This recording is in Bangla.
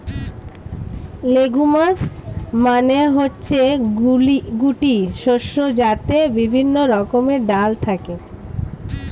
লেগুমস মানে হচ্ছে গুটি শস্য যাতে বিভিন্ন রকমের ডাল থাকে